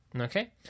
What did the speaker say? Okay